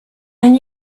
and